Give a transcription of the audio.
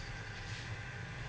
,S>